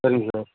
சரிங்க சார்